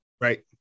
Right